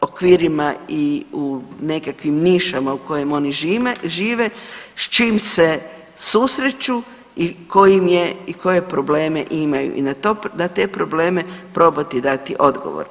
okvirima i nekakvim nišama u kojima oni žive, s čim se susreću i tko im je i koje probleme imaju i na te probleme probati dati odgovor.